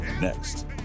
Next